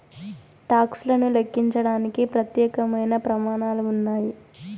talks లను లెక్కించడానికి ప్రత్యేకమైన ప్రమాణాలు ఉన్నాయి